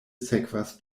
sekvas